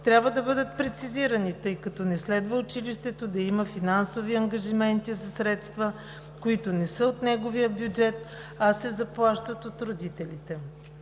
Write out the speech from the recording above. трябва да бъдат прецизирани, тъй като не следва училището да има финансови ангажименти за средства, които не са от неговия бюджет, а се заплащат от родителите.